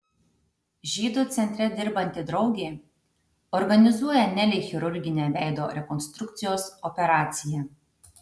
žydų centre dirbanti draugė organizuoja nelei chirurginę veido rekonstrukcijos operaciją